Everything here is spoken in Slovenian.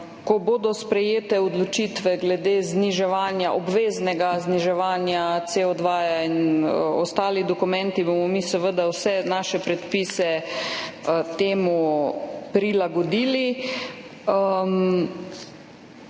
Ko bodo sprejete odločitve glede zniževanja, obveznega zniževanja CO2, in ostali dokumenti, bomo mi seveda vse naše predpise temu prilagodili.